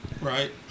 right